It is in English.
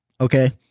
Okay